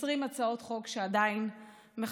20 הצעות חוק שעדיין מחכות.